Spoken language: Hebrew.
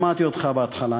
שמעתי אותך בהתחלה,